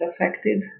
affected